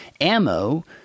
ammo